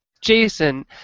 Jason